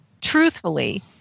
truthfully